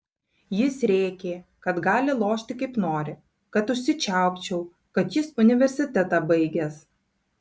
jis rėkė kad gali lošti kaip nori kad užsičiaupčiau kad jis universitetą baigęs